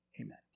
amen